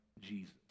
Jesus